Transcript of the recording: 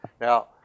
now